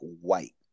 white